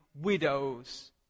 widows